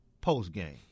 post-game